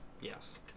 Yes